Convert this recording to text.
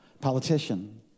politician